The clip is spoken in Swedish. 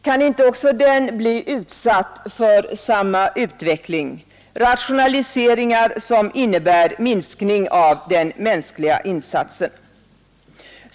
Kan inte också den bli utsatt för samma utveckling — rationaliseringar, som innebär minskning av den mänskliga insatsen?